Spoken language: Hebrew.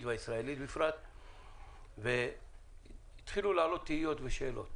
בכלל והישראלית בפרט ואפילו להעלות תהיות ושאלות